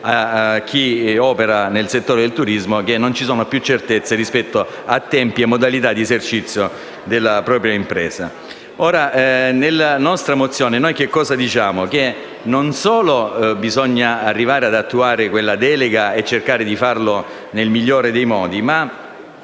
a chi opera nel settore del turismo che non ci sono più certezze rispetto a tempi e modalità di esercizio della propria impresa. Nella nostra mozione diciamo non solo che bisogna arrivare ad attuare la delega nel migliore dei modi